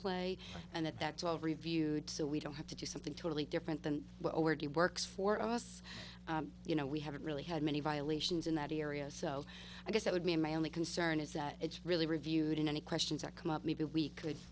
play and it that's all reviewed so we don't have to do something totally different than where he works for us you know we haven't really had many violations in that area so i guess that would mean my only concern is that it's really reviewed in any questions that come up maybe we could